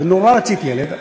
ונורא רצית ילד,